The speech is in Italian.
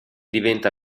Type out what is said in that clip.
diventa